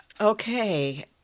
Okay